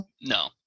No